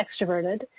extroverted